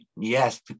yes